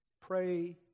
Pray